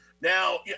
Now